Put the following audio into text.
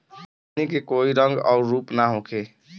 पानी के कोई रंग अउर रूप ना होखें